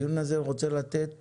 הדיון הזה רוצה לתת